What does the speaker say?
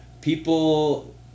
People